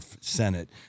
Senate